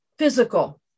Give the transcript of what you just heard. physical